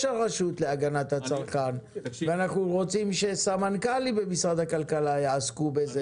הרשות להגנת הצרכן ושסמנכ"לים במשרד הכלכלה יעסקו בזה.